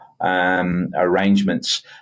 Arrangements